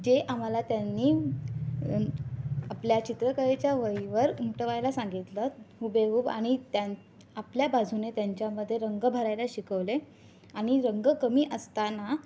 जे आम्हाला त्यांनी आपल्या चित्रकलेच्या वहीवर उमटवायला सांगितलं हुबेहूब आणि त्यां आपल्या बाजूने त्यांच्यामध्ये रंग भरायला शिकवले आणि रंग कमी असताना